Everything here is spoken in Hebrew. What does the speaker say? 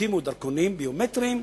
שהוציאו דרכונים ביומטריים,